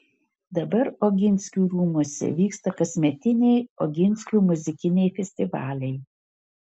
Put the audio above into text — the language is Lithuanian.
dabar oginskių rūmuose vyksta kasmetiniai oginskių muzikiniai festivaliai